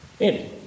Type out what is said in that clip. Andy